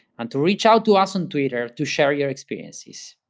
and to reach out to us on twitter to share your experiences.